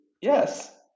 Yes